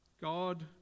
God